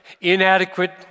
inadequate